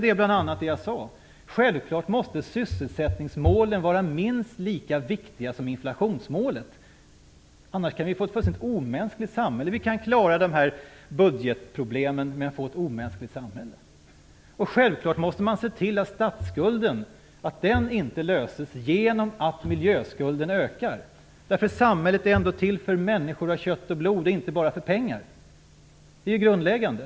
Det är bl.a. det jag sade. Självklart måste sysselsättningsmålet vara minst lika viktigt som inflationsmålet. Annars kan vi få ett fullständigt omänskligt samhälle. Vi kan klara budgetproblemen men få ett omänskligt samhälle. Självklart måste man se till att problemet med statsskulden inte löses genom att miljöskulden ökar. Samhället är ändå till för människor av kött och blod och inte bara för pengar. Det är grundläggande.